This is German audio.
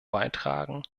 beitragen